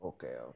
Okay